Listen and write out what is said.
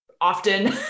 often